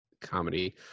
comedy